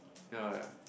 ya